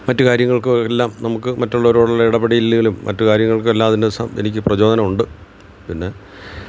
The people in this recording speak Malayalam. മറ്റു കാര്യങ്ങള്ക്കും എല്ലാം നമുക്ക് മറ്റുള്ളവരോടുള്ള ഇടപെടളുകളും മറ്റു കാര്യങ്ങള്ക്കും എല്ലാം അതിന്റെ എനിക്ക് പ്രചോദമുണ്ട് പിന്നെ